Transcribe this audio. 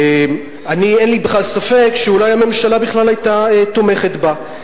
אין לי בכלל ספק שהממשלה היתה תומכת בה.